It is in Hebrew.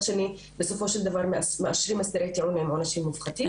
שני בסופו של דבר מאשרים הסדרי טיעון עם עונשים מופחתים.